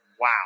wow